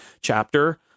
chapter